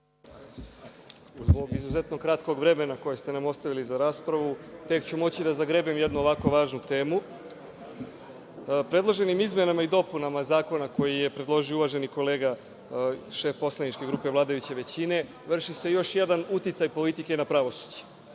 Zbog izuzetno kratkog vremena koje ste nam ostavili za raspravu, tek ću moći da zagrebem jednu ovako važnu temu. Predloženim izmenama i dopunama zakona koji je predložio uvaženi kolega, šef poslaničke grupe vladajuće većine, vrši se još jedan uticaj politike na pravosuđe. Naime,